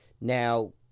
Now